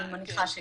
אני מניחה שכן.